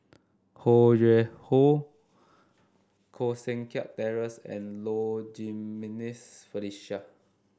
Ho Yuen Hoe Koh Seng Kiat Terence and Low Jimenez Felicia